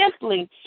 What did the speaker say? simply